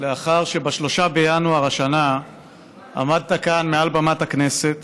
לאחר שב-3 בינואר השנה עמדת כאן מעל במת הכנסת